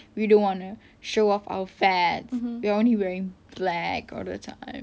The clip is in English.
we don't want a show off our fats we're only wearing black all the time